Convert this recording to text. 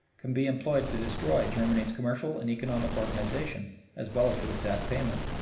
can be employed to destroy germany's commercial and economic organization as well as to exact payment.